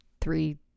three